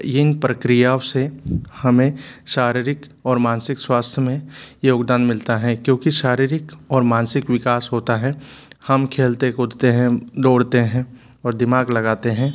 इन प्रक्रियाओं से हमें शारीरिक और मानसिक स्वास्थ्य में योगदान मिलता है क्योंकि शारीरिक और मानसिक विकास होता है हम खेलते कूदते हैं दौड़ते हैं और दिमाग़ लगाते हैं